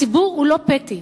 הציבור הוא לא פתי,